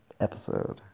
episode